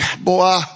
boy